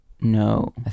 No